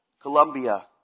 Colombia